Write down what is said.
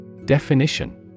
Definition